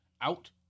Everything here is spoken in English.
out